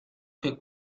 que